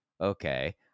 Okay